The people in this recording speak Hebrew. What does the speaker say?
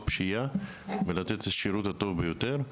של פשיעה ועל מנת לתת את השירות הטוב ביותר,